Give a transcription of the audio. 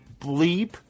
Bleep